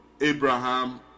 Abraham